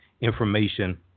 information